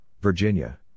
Virginia